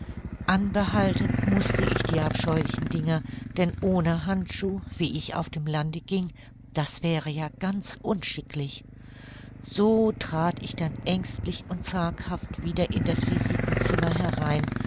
anbehalten mußte ich die abscheulichen dinger denn ohne handschuh wie ich auf dem lande ging das wäre ja ganz unschicklich so trat ich denn ängstlich und zaghaft wieder in das visitenzimmer herein